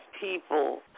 people